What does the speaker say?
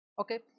okay